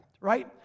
right